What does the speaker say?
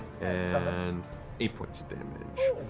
and eight points of damage.